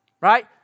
right